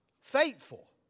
Faithful